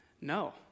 No